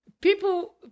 People